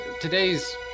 today's